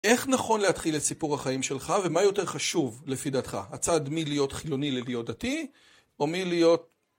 איך נכון להתחיל את סיפור החיים שלך, ומה יותר חשוב לפי דעתך? הצעד מלהיות חילוני ללהיות דתי, או מלהיות...